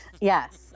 Yes